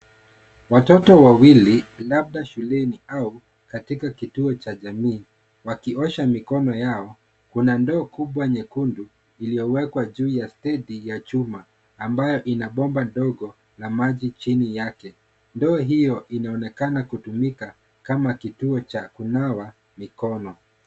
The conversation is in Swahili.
Watoto wawili labda shuleni au katika kituo cha jamii wakiosha mikono yao. Kuna ndoo kubwa nyekundu, iliyowekwa juu ya stendi ya chuma, ambayo ina bomba ndogo la maji chini yake. Ndoo hiyo inaonekana kutumika kama kituo cha kunawa mikono.